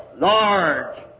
large